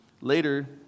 later